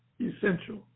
essential